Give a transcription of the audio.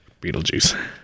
Beetlejuice